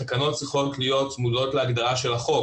התקנות צריכות להיות צמודות להגדרה של החוק,